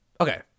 okay